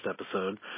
episode